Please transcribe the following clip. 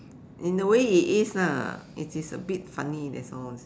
in the way it is lah it is a bit funny that's all